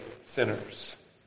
sinners